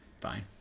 fine